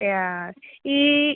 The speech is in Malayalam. യാ ഈ